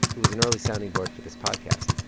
who was an early sounding board for this podcast.